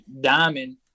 diamond